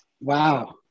Wow